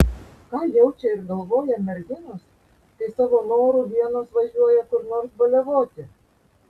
ką jaučia ir galvoja merginos kai savo noru vienos važiuoja kur nors baliavoti